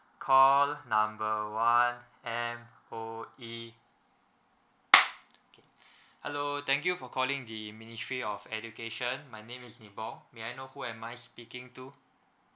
call number one M_O_E hello thank you for calling the ministry of education my name is ming bong may I know who am I speaking to